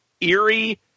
eerie